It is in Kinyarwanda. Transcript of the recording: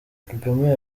kagame